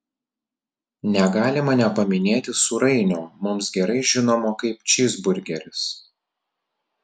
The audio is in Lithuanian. negalima nepaminėti sūrainio mums gerai žinomo kaip čyzburgeris